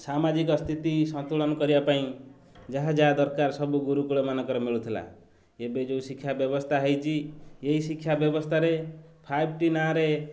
ସାମାଜିକ ସ୍ଥିତି ସନ୍ତୁଳନ କରିବା ପାଇଁ ଯାହା ଯାହା ଦରକାର ସବୁ ଗୁରୁକୂଳମାନଙ୍କର ମିଳୁଥିଲା ଏବେ ଯେଉଁ ଶିକ୍ଷା ବ୍ୟବସ୍ଥା ହୋଇଛି ଏଇ ଶିକ୍ଷା ବ୍ୟବସ୍ଥାରେ ଫାଇଭ୍ ଟି ନାଁରେ